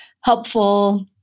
helpful